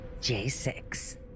J6